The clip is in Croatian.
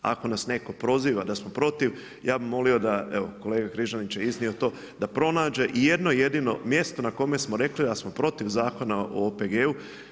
Ako nas netko proziva da smo protiv, ja bih molio da evo kolega Križanić je iznio to da pronađe i jedno jedino mjesto na kome smo rekli da smo protiv Zakona o OPG-u.